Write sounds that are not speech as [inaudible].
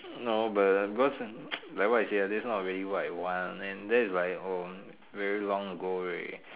no but because [noise] like what you said ah that's not really what I want and that is like um very long ago already